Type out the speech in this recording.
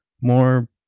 more